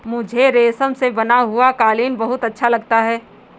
मुझे रेशम से बना हुआ कालीन बहुत अच्छा लगता है